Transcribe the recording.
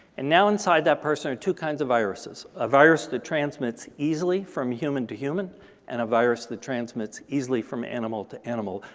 and now inside that person are two kinds of viruses viruses a virus that transmits easily from human to human and a virus that transmits easily from animal to animal.